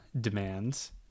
demands